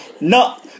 No